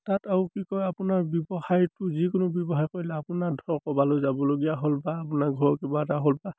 তাত আৰু কি কয় আপোনাৰ ব্যৱসায়টো যিকোনো ব্যৱসায় কৰিলে আপোনাৰ ধৰক ক'ৰবালৈ যাবলগীয়া হ'ল বা আপোনাৰ ঘৰৰ কিবা এটা হ'ল বা